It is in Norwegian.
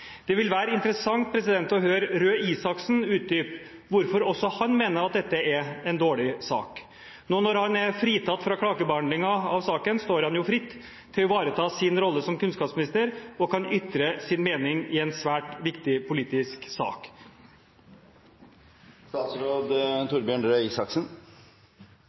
Det vil være interessant å høre Røe Isaksen utdype hvorfor også han mener at dette er en dårlig sak. Nå når han er fritatt fra klagebehandlingen av saken, står han fritt til å ivareta sin rolle som kunnskapsminister og kan ytre sin mening i en svært viktig politisk sak.